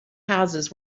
houses